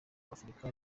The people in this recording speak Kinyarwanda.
w’afurika